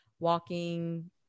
walking